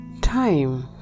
time